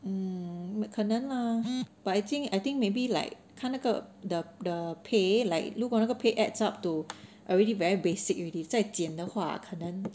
mm 可能 lah but I think I think maybe like 看那个 the the pay like 如果那个 the pay adds up to already very basic already 再减的话可能